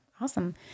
Awesome